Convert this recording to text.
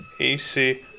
AC